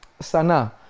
Sana